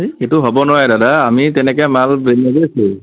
ধেই এইটো হ'ব নোৱাৰে দাদা আমি তেনেকে মাল নেবেচোঁৱেই